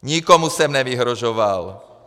Nikomu jsem nevyhrožoval.